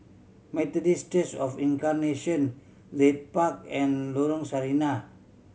Methodist Church Of Incarnation Leith Park and Lorong Sarina